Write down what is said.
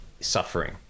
suffering